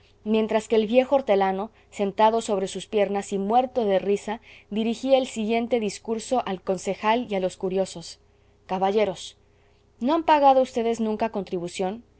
mientras que el viejo hortelano sentado sobre sus piernas y muerto de risa dirigía el siguiente discurso al concejal y a los curiosos caballeros no han pagado vds nunca contribución